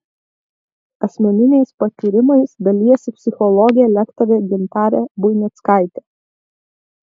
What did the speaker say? asmeniniais patyrimais dalijasi psichologė lektorė gintarė buinickaitė